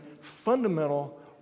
fundamental